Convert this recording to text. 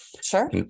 Sure